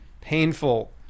painful